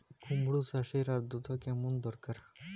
কুমড়ো চাষের আর্দ্রতা কেমন দরকার?